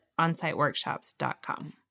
onsiteworkshops.com